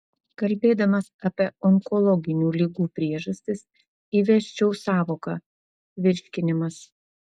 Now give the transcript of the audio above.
kalbėdamas apie onkologinių ligų priežastis įvesčiau sąvoką virškinimas